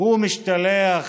הוא משתלח